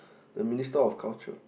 the minister of culture